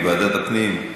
ועדת הפנים.